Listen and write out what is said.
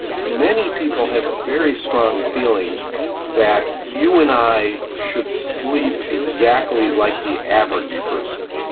many people have a very strong feeling that you and i should sleep exactly like the average person,